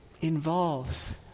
involves